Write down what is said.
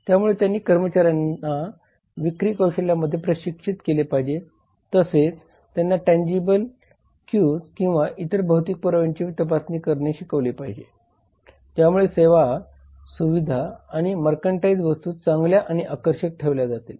त्यामुळे त्यांनी कर्मचाऱ्यांना विक्री कौशल्यामध्ये प्रशिक्षित केले पाहिजे तसेच त्यांना टँजिबल क्युझ किंवा इतर भौतिक पुराव्यांची तपासणी करणे शिकविले पाहिजे ज्यामुळे सुविधा आणि मर्केंडाईझ वस्तू चांगल्या आणि आकर्षक ठेवल्या जातील